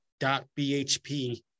BHP